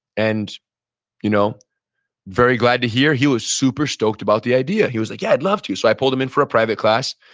and you know very glad to hear, he was super stoked about the idea. he was like, yeah, i'd love to. so i pulled them in for a private class,